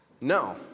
No